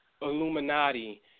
Illuminati